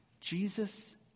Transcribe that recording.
Jesus